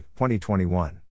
2021